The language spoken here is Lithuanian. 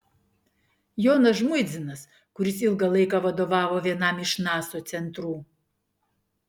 jonas žmuidzinas kuris ilgą laiką vadovavo vienam iš nasa centrų